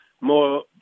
more